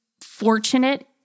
fortunate